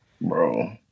bro